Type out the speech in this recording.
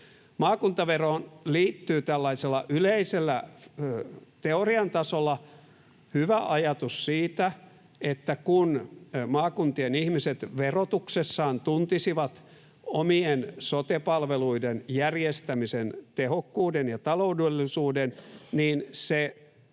Maakuntaveroon liittyy tällaisella yleisellä teorian tasolla hyvä ajatus siitä, että kun maakuntien ihmiset tuntisivat verotuksessaan omien sote-palveluiden järjestämisen tehokkuuden ja taloudellisuuden, niin se